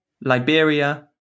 Liberia